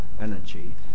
energy